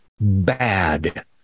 bad